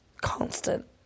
constant